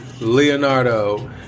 Leonardo